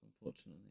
Unfortunately